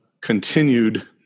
continued